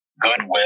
goodwill